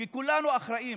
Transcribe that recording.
כי כולנו אחראים,